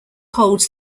holds